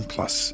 Plus